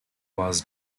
was